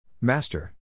Master